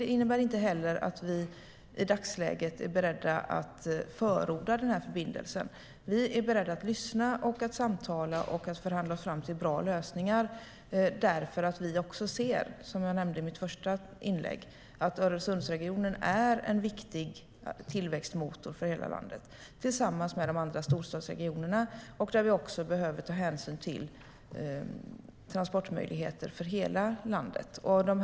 Det innebär inte heller att vi i dagsläget är beredda att förorda förbindelsen. Vi är beredda att lyssna, samtala och förhandla oss fram till bra lösningar. Vi ser, som jag sade i mitt första inlägg, att Öresundsregionen är en viktig tillväxtmotor för hela landet tillsammans med de andra storstadsregionerna, där vi behöver ta hänsyn till transportmöjligheter för hela landet.